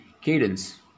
cadence